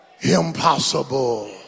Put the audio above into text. impossible